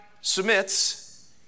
submits